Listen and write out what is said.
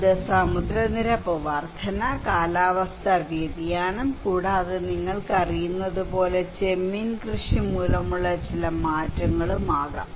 അത് സമുദ്രനിരപ്പ് വർദ്ധന കാലാവസ്ഥാ വ്യതിയാനം കൂടാതെ നിങ്ങൾക്ക് അറിയാവുന്നതുപോലെ ചെമ്മീൻ കൃഷി മൂലമുള്ള ചില മാറ്റങ്ങളും ആകാം